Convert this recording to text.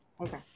Okay